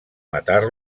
matar